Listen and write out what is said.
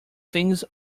things